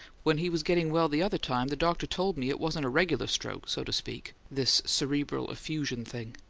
when he was getting well the other time the doctor told me it wasn't a regular stroke, so to speak this cerebral effusion thing.